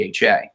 DHA